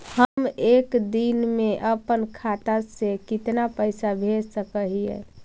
हम एक दिन में अपन खाता से कितना पैसा भेज सक हिय?